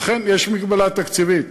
אכן, יש מגבלה תקציבית.